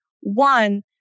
One